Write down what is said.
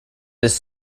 his